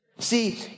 See